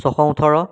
ছশ ওঠৰ